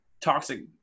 toxic